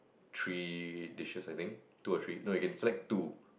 three dishes I think two or three no you can select two